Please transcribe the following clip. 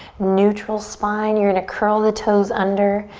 neutral spine. you're gonna curl the toes under.